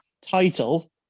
title